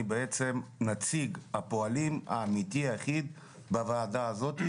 אני בעצם נציג הפועלים האמיתי היחיד בוועדה הזאת.